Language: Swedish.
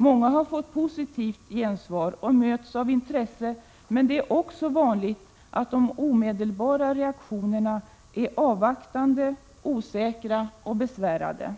Många har fått positivt gensvar och möts av intresse, men det är också vanligt att de omedelbara reaktionerna är avvaktande, osäkra och besvärade.